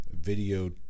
video